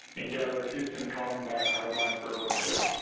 endeavor, houston calling via hard line for a voice check.